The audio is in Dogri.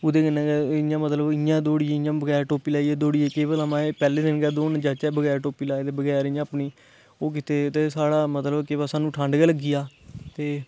ओह्दे कन्नै गै इ'यां मतलब इ'यां दौड़िये इ'यां बगैर टोपी लाइयै दौड़ी गे केह् पता माय पैह्ले दिन गै दौड़न जाचै बगैर टोपी लाए दे बगैर इ'यां अपनी ओह् कीते दे ते साढ़ा मतलब के पता सानूं ठंड गै लग्गी जाऽ ते